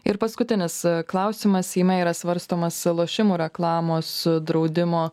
ir paskutinis klausimas seime yra svarstomas lošimų reklamos draudimo